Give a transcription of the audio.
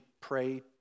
pray